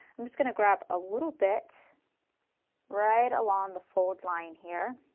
um just going to grab a little bit right along the fold line here